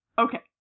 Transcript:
okay